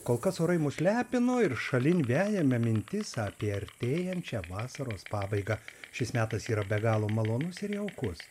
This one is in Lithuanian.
kol kas orai mus lepino ir šalin vejame mintis apie artėjančią vasaros pabaigą šis metas yra be galo malonus ir jaukus